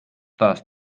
taas